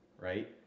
right